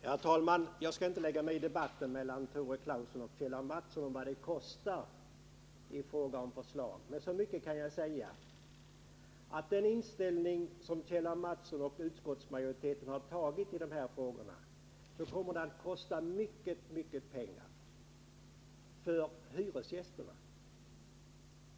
Herr talman! Jag skall inte lägga mig i debatten mellan Tore Claeson och Kjell A. Mattsson om vad förslagen kostar. Men så mycket kan jag säga att med den ställning som Kjell A. Mattsson och utskottsmajoriteten tagit i de här frågorna kommer det att kosta mycket, mycket pengar — för hyresgästerna.